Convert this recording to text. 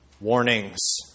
warnings